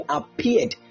appeared